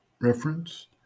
Reference